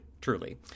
truly